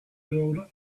build